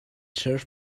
serves